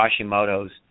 Hashimoto's